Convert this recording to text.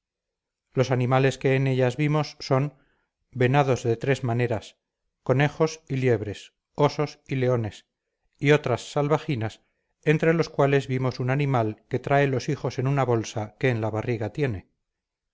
los animales que en ellas vimos son venados de tres maneras conejos y liebres osos y leones y otras salvajinas entre los cuales vimos un animal que trae los hijos en una bolsa que en la barriga tiene